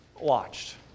watched